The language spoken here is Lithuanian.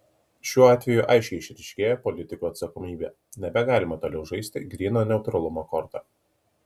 šiuo atveju aiškiai išryškėja politikų atsakomybė nebegalima toliau žaisti gryno neutralumo korta